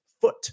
Foot